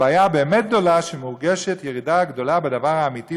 "הבעיה הבאמת-גדולה היא שמורגשת ירידה גדולה בדבר האמיתי",